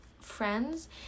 friends